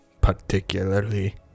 particularly